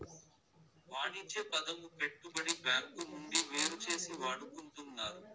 వాణిజ్య పదము పెట్టుబడి బ్యాంకు నుండి వేరుచేసి వాడుకుంటున్నారు